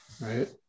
right